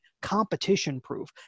competition-proof